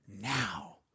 Now